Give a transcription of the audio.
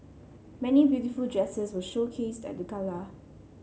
many beautiful dresses were showcased at the gala